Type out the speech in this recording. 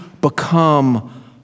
become